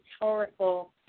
powerful